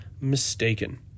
mistaken